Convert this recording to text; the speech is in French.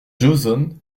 joson